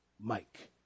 Mike